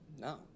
no